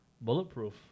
bulletproof